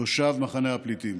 תושב מחנה הפליטים.